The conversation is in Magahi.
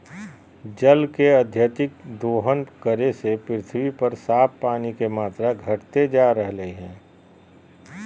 जल के अत्यधिक दोहन करे से पृथ्वी पर साफ पानी के मात्रा घटते जा रहलय हें